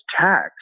tax